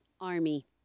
Army